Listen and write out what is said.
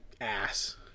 ass